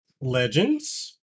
legends